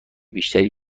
بیشتری